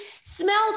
smells